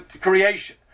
creation